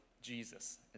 Jesus